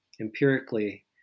empirically